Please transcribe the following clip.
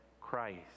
Christ